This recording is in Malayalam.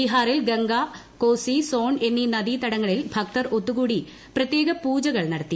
ബീഹാറിൽ ഗംഗ കോസി സോൺ എന്നീ നദീ തടങ്ങളിൽ ഭക്തർ ഒത്തുകൂടി പ്രത്യേക പൂജകൾ യ്കട്ടത്തി